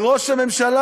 וראש הממשלה,